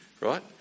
right